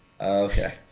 okay